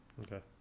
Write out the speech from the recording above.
Okay